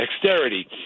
dexterity